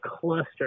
cluster